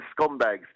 scumbags